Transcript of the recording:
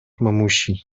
mamusi